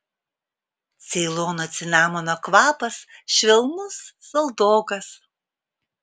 ceilono cinamono kvapas švelnus saldokas